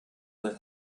will